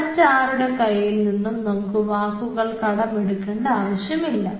മറ്റാരുടെ കയ്യിൽ നിന്നും നമുക്ക് വാക്കുകൾ കടം എടുക്കേണ്ട ആവശ്യമില്ല